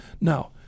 Now